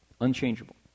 Unchangeable